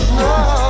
no